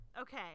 Okay